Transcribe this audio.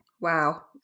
Wow